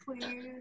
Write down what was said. please